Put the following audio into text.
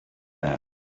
that